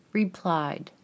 replied